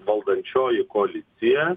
valdančioji koalicija